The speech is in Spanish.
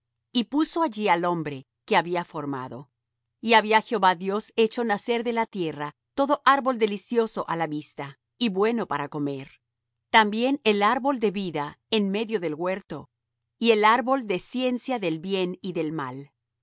y puso allí al hombre que había formado y había jehová dios hecho nacer de la tierra todo árbol delicioso á la vista y bueno para comer también el árbol de vida en medio del huerto y el árbol de ciencia del bien y del mal